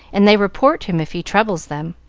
and they report him if he troubles them.